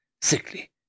sickly